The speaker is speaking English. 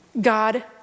God